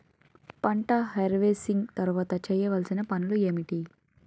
పంట హార్వెస్టింగ్ తర్వాత చేయవలసిన పనులు ఏంటి?